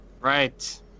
Right